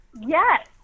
yes